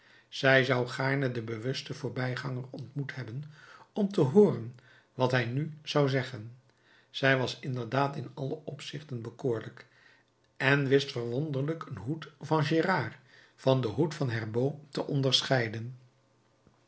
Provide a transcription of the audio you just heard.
zij zou gaarne den bewusten voorbijganger ontmoet hebben om te hooren wat hij nu zou zeggen zij was inderdaad in alle opzichten bekoorlijk en wist verwonderlijk een hoed van gerard van een hoed van herbaut te onderscheiden